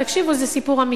תקשיבו, זה סיפור אמיתי.